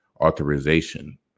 authorization